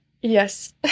Yes